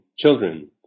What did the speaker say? children